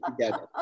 together